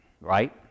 Right